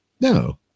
no